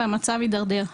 והמצב התדרדר.